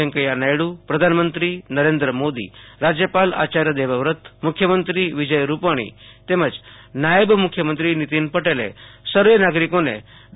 વૈંકેયા નાયડુ પ્રધાનમંત્રી નરેન્દ્ર મોદી રાજ્યપાલ આચાર્ય દેવવ્રત મુખ્યમંત્રી વિજય રૂપાણી તેમજ નાયબ મુખ્યમંત્રી નીતિન પટેલે સર્વે નાગરિકોને ડો